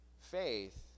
Faith